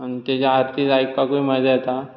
आनी तेजे आरतीज आयकपाकूय मजा येता